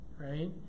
right